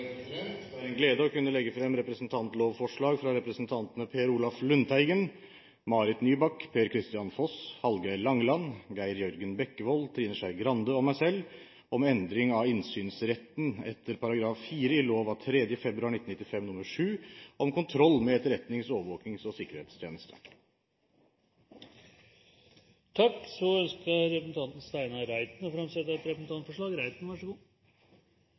representantforslag. Det er en glede å kunne legge frem representantforslag fra representantene Per Olaf Lundteigen, Marit Nybakk, Per-Kristian Foss, Hallgeir H. Langeland, Geir Jørgen Bekkevold, Trine Skei Grande og meg selv om endring av § 4 i lov av 3. februar 1995 nr. 7 om kontroll med etterretnings-, overvåkings- og sikkerhetstjeneste Representanten Steinar Reiten ønsker å framsette et representantforslag.